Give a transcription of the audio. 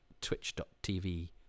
Twitch.tv